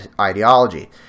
ideology